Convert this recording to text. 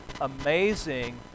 amazing